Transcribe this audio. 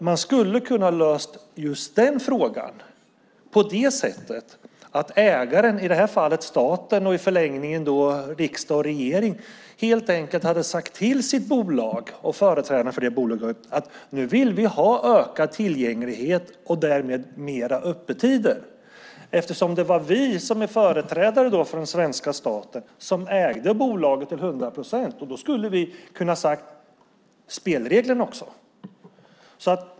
Man hade kunnat lösa just den frågan genom att ägaren, i det här fallet staten och i förlängningen riksdag och regering, hade sagt till sitt bolag och företrädarna för det att man ville ha ökad tillgänglighet och därmed ökat öppethållande. Det var ju vi som är företrädare för den svenska staten som ägde bolaget till 100 procent. Vi hade kunnat ge spelreglerna.